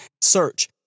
Search